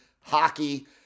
hockey